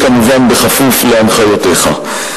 יהיה כמובן כפוף להנחיותיך.